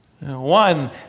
One